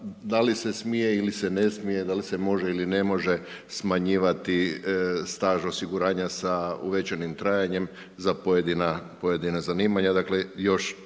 da li se smije ili se ne smije, da li se može ili ne može smanjivati staž osiguranja sa uvećanim trajanjem za pojedina zanimanja,